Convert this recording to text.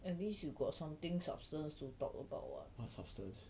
what substance